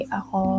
ako